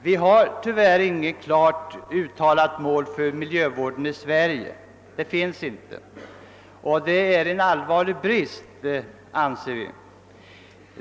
Det finns tyvärr inget klart uttalat mål för miljövården i Sverige, och det är en allvarlig brist, anser vi.